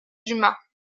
dumas